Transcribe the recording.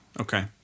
Okay